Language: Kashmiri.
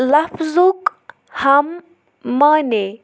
لفظُک ہم معنی